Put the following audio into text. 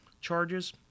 charges